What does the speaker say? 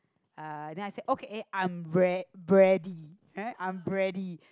uh then I say okay eh I'm re~ bready right I'm bready